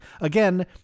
again